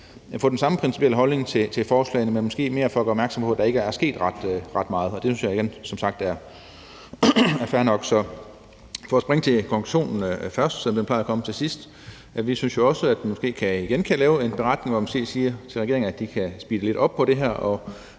få den samme principielle holdning til forslagene. Det er måske mere for at gøre opmærksom på, at der ikke er sket ret meget, og det synes jeg som sagt er fair nok. Så for at springe til konklusionen først, selv om den plejer at komme til sidst, vil jeg sige: Vi synes jo også, at man måske igen kan lave en beretning, hvor man måske siger til regeringen, at de kan speede lidt op på det her, så